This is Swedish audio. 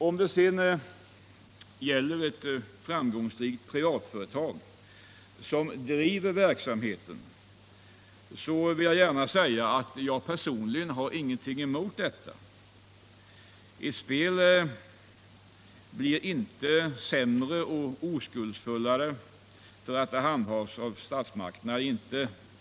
Om det sedan är ett framgångsrikt privatföretag som driver verksamheten, så har jag ingenting emot detta. Ett spel blir inte mera oskuldsfullt för att det handhas av statsmakterna.